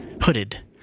hooded